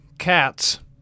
cats